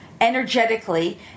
energetically